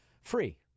free